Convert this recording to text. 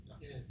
Yes